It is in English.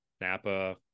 Napa